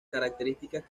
características